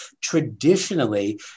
traditionally